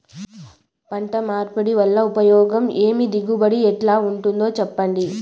పంట మార్పిడి వల్ల ఉపయోగం ఏమి దిగుబడి ఎట్లా ఉంటుందో చెప్పండి?